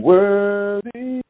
Worthy